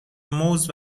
موز